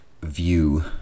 view